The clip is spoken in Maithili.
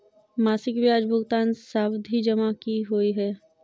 मासिक ब्याज भुगतान सावधि जमा की होइ है?